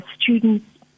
students